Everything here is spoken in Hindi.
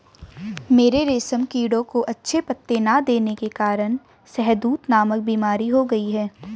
मेरे रेशम कीड़ों को अच्छे पत्ते ना देने के कारण शहदूत नामक बीमारी हो गई है